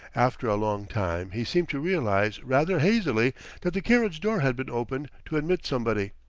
after a long time he seemed to realize rather hazily that the carriage-door had been opened to admit somebody.